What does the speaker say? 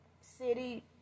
city